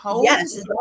Yes